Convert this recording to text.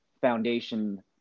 foundation